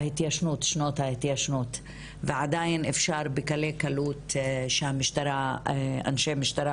שנות ההתיישנות ועדיין אפשר בקלי קלות שאנשי המשטרה